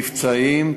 מבצעיים,